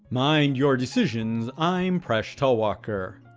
mind your decisions. i'm presh talwalkar.